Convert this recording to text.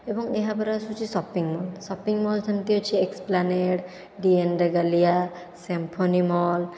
ଏବଂ ଏହାପରେ ଆସୁଛି ସପିଂ ମଲ୍ ସପିଂ ମଲ୍ ସେମିତି ଅଛି Esplanade D N Regalia Symphony mall